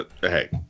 hey